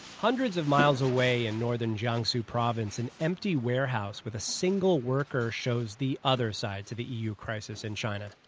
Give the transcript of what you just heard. hundreds of miles away in northern jiangsu province, an empty warehouse with a single worker shows the other side to the eu crisis in china